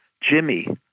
Jimmy